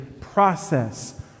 process